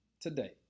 today